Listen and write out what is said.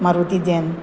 Maruti zen